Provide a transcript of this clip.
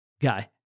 guy